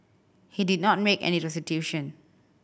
he did not make any restitution